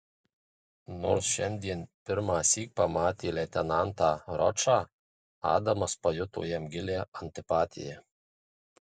nors šiandien pirmąsyk pamatė leitenantą ročą adamas pajuto jam gilią antipatiją